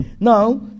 Now